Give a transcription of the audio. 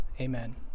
Amen